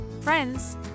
friends